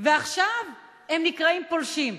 ועכשיו הם נקראים פולשים.